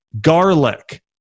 garlic